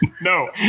No